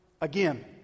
again